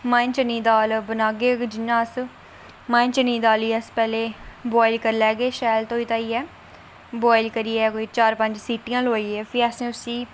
मांह् चने दी दाल जे बनाचै अस मांह् चने दी दाल अस बुआइल करी लैगे अस शैल धोई धाइय़ै बुआइल करियै कोई शैल सीटियां लुआइयै उसी अस